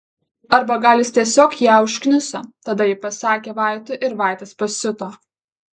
arba gal jis tiesiog ją užkniso tada ji pasakė vaitui ir vaitas pasiuto